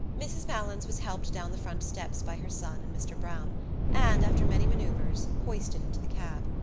mrs. malins was helped down the front steps by her son and mr. browne and, after many manoeuvres, hoisted into the cab.